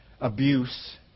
abuse